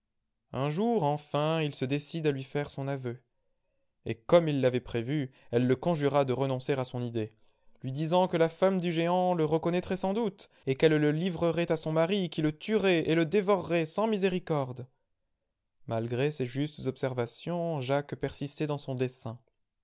un jour enfin il se décide à lui faire son aveu et comme il l'avait prévu elle le conjura de renoncer à son idée lui disant que la femme du géant le reconnaîtrait sans doute et qu'elle le livrerait à son mari qui le tuerait et le dévorerait sans miséricorde malgré ces justes observations jacques persistait dans son dessein